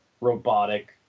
robotic